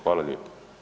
Hvala lijepo.